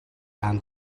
and